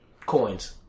coins